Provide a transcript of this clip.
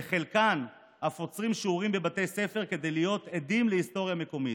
בחלקן אף עוצרים שיעורים בבתי ספר כדי להיות עדים להיסטוריה מקומית.